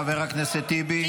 חבר הכנסת טיבי.